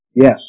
Yes